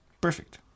Perfect